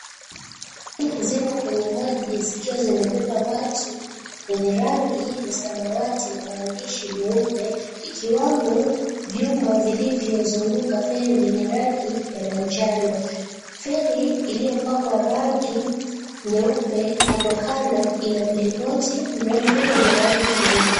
Zimo kwenye maji zikiwa zimebeba watu wenye rangi ya samawati na maandishi meupe ikiwamo vyuma vilivyozunguka feri venye rangi ya manjano. Feri iliopakwa rangi nyeupe kando kando ina milingoti mrefu yenye rangi nyeupe.